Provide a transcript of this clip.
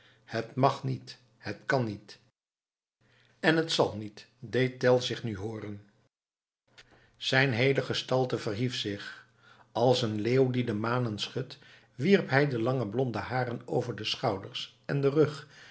het mag niet het kan niet en het zal niet deed tell zich nu hooren zijne heele gestalte verhief zich als een leeuw die de manen schudt wierp hij de lange blonde haren over de schouders en den rug